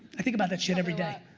i think about that shit every day.